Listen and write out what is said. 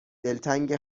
دلتنگ